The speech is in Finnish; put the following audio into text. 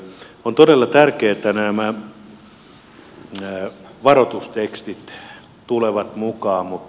on todella tärkeää että nämä varoitustekstit tulevat mukaan